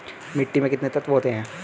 मिट्टी में कितने तत्व होते हैं?